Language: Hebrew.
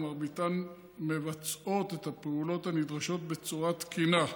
ומרביתן מבצעות את הפעולות הנדרשות בצורה תקינה.